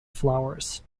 flowers